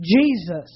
Jesus